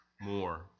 more